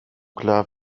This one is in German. klar